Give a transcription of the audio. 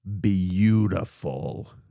beautiful